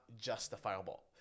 justifiable